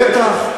בטח.